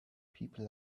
people